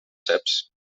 ceps